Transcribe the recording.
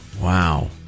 wow